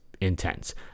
intense